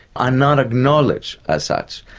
and not acknowledged as such,